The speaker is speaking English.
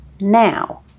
now